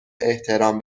احترام